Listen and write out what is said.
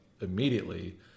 immediately